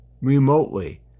remotely